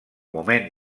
moment